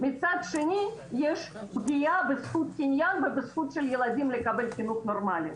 מצד שני יש פגיעה בזכות הקניין ובזכות של הילדים לקבל חינוך נורמלי.